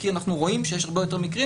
כי אנחנו רואים שיש הרבה יותר מקרים